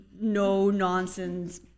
no-nonsense